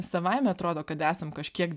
savaime atrodo kad esam kažkiek